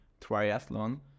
triathlon